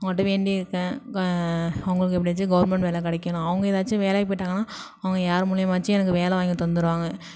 வேண்டியிருக்கேன் அவங்களுக்கு எப்படியாச்சும் கவர்மெண்ட் வேலை கிடைக்கணும் அவங்க ஏதாச்சும் வேலைக்கு போயிட்டாங்கன்னா அவங்க யார் மூலயமாச்சும் எனக்கு வேலை வாங்கி தந்திருவாங்க